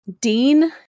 Dean